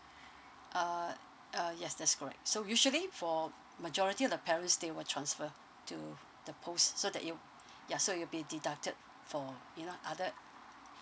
uh uh yes that's correct so usually for majority of the parents they will transfer to the post so that you ya so it'll be deducted for you know other